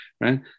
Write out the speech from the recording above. Right